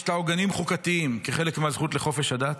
יש לה עוגנים חוקתיים כחלק מהזכות לחופש הדת,